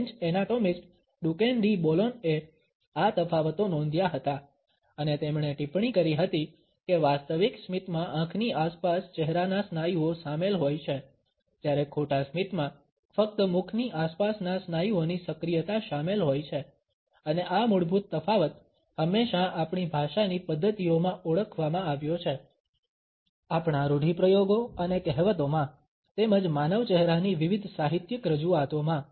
French anatomist Duchenne de બોલોનએ આ તફાવતો નોંધ્યા હતા અને તેમણે ટિપ્પણી કરી હતી કે વાસ્તવિક સ્મિતમાં આંખની આસપાસ ચહેરાના સ્નાયુઓ સામેલ હોય છે જ્યારે ખોટા સ્મિતમાં ફક્ત મુખની આસપાસના સ્નાયુઓની સક્રિયતા શામેલ હોય છે અને આ મૂળભૂત તફાવત હંમેશા આપણી ભાષાની પદ્ધતિઓમાં ઓળખવામાં આવ્યો છે આપણા રૂઢિપ્રયોગો અને કહેવતોમાં તેમજ માનવ ચહેરાની વિવિધ સાહિત્યિક રજૂઆતોમાં